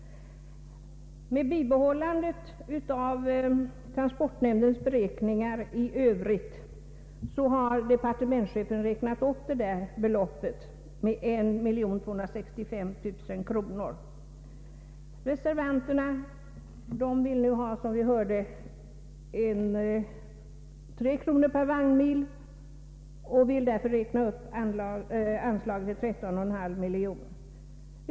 Med bibehållande av transportnämndens beräkningar i övrigt har departementschefen räknat upp anslaget med 1265 000 kronor. Reservanterna föreslår, som vi nyss hörde, en höjning av bidragsbeloppet till 3 kronor per vagnmil och yrkar därför att medelsanvisningen höjs till 13,5 miljoner kronor.